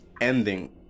ending